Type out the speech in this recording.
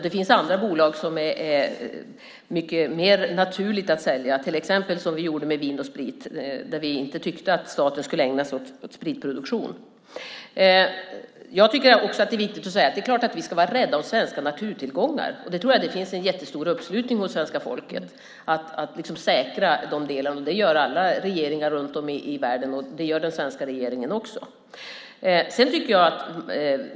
Det finns andra bolag som det är mycket mer naturligt att sälja, till exempel Vin & Sprit eftersom vi inte tyckte att staten skulle ägna sig åt spritproduktion. Det är klart att vi ska vara rädda om svenska naturtillgångar. Jag tror att det finns en jättestor uppslutning hos svenska folket för att säkra de delarna. Det gör alla regeringar runt om i världen, och det gör den svenska regeringen också.